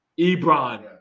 Ebron